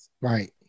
Right